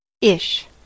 Ish